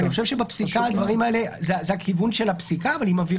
אני חושב שגם ככה זה הכיוון של הפסיקה היום,